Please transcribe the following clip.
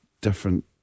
different